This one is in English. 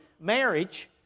marriage